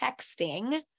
texting